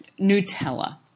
Nutella